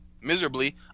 miserably